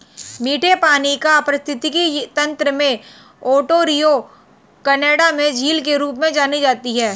मीठे पानी का पारिस्थितिकी तंत्र में ओंटारियो कनाडा में झील के रूप में जानी जाती है